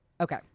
Okay